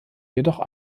jedoch